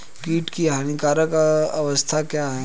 कीट की हानिकारक अवस्था क्या है?